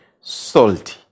salty